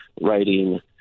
writing